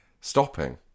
stopping